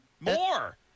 more